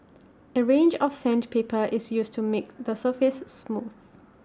A range of sandpaper is used to make the surface smooth